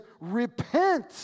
repent